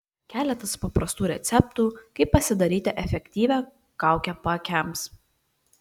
keletas paprastų receptų kaip pasidaryti efektyvią kaukę paakiams